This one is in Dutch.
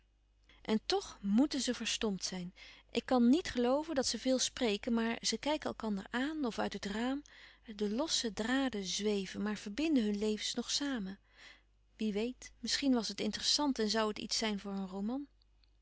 en toch moèten ze verstompt zijn ik kan niet gelooven dat ze veel spreken maar ze kijken elkander aan of uit het raam de losse draden zweven maar verbinden hun levens nog samen wie weet misschien was het interessant en zoû het iets zijn voor een roman